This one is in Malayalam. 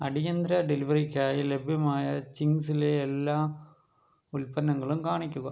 അടിയന്തര ഡെലിവറിക്കായി ലഭ്യമായ ചിംഗ്സിലെ എല്ലാ ഉൽപ്പന്നങ്ങളും കാണിക്കുക